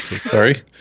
Sorry